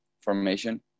formation